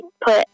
put